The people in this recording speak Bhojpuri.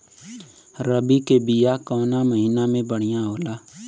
रबी के बिया कवना महीना मे बढ़ियां होला?